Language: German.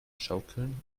schaukeln